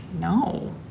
no